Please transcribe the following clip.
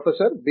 professor B